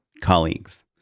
colleagues